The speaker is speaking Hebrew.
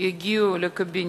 יגיעו לקבינט,